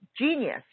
genius